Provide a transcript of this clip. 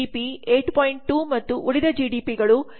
2 ಮತ್ತು ಉಳಿದ ಜಿಡಿಪಿಗಳು 8